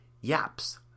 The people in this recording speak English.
Yaps